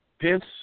Pence